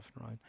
right